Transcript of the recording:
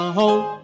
home